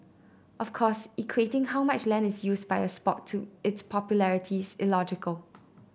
of course equating how much land is used by a sport to its popularity is illogical